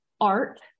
art